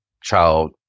child